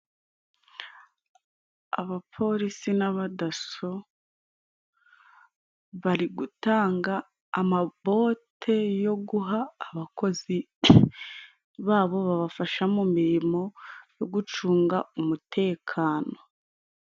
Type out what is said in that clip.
Abapolisi n'abadaso bari gutanga amabote yo guha abakozi babo babafasha mu mirimo yo gucunga umutekano.